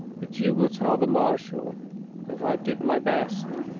but you will tell the marshal that i did my best.